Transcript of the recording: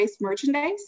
merchandise